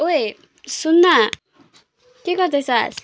ओइ सुन् न के गर्दैछस्